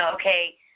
okay